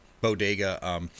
bodega